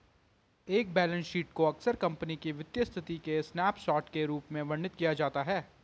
एक balance sheet को अक्सर कंपनी की वित्तीय स्थिति के स्नैपशॉट के रूप में वर्णित किया जाता है